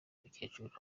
mukecuru